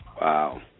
Wow